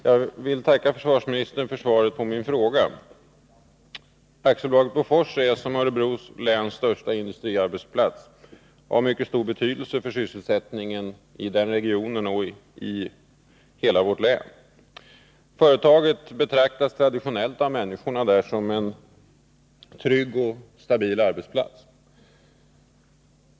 Herr talman! Jag vill tacka försvarsministern för svaret på min fråga. AB Bofors är som Örebro läns största industriarbetsplats av mycket stor betydelse för sysselsättningen i sin region och i hela vårt län. Företaget betraktas traditionellt av människorna där som en trygg och stabil arbetsplats.